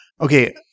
Okay